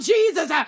Jesus